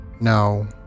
No